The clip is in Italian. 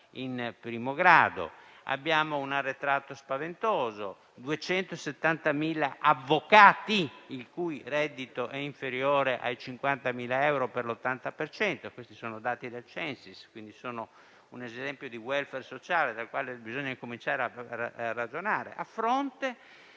abbiamo un arretrato spaventoso e 270.000 avvocati, il cui reddito è inferiore ai 50.000 euro per l'80 per cento (questi sono dati del Censis, quindi sono un esempio di *welfare* sociale del quale bisogna cominciare a ragionare),